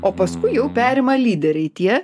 o paskui jau perima lyderiai tie